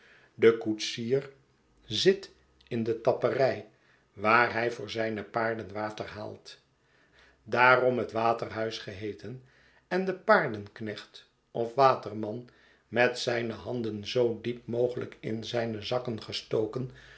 de koetsier zit in de tapperij waar hij voor zijne paarden water haalt daarom het waterhuis geheeten en de paardenknecht of waterman met zijne handen zoo diep mogelijk in zijne zakken gestoken